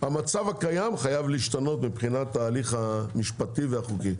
המצב הקיים חייב להשתנות מבחינת התהליך המשפטי והחוקי.